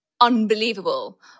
unbelievable